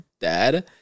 dad